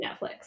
netflix